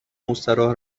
مستراح